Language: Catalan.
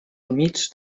humits